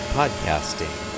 podcasting